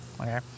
okay